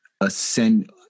ascend